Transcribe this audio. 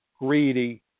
greedy